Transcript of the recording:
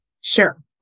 sure